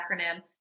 acronym